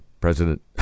President